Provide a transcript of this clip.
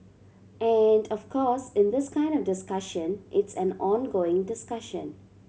and of course in this kind of discussion it's an ongoing discussion